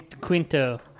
Quinto